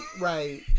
right